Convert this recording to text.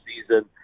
season